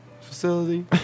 facility